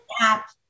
app